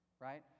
right